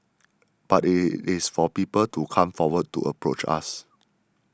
but it it is for people to come forward to approach us